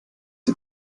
die